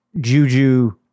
Juju